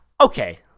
okay